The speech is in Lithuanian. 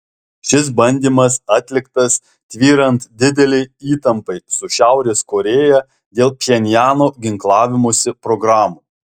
šis bandymas atliktas tvyrant didelei įtampai su šiaurės korėja dėl pchenjano ginklavimosi programų